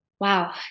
Wow